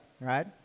right